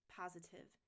positive